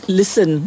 listen